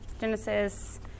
Genesis